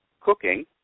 cooking